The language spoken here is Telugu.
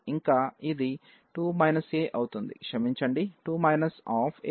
ఇంక ఇది 2 a అవుతుంది క్షమించండి 2 a h